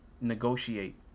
negotiate